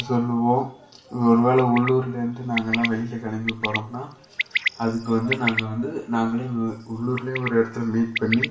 சொல்லுவோம் ஒரு வேளை உள்ளூர்லேருந்து நாங்கள்லாம் வெளியில் கிளம்பி போகிறோம்னா அதுக்கு வந்து நாங்கள் வந்து நாங்களே உ உள்ளூரிலேயே ஒரு இடத்துல மீட் பண்ணி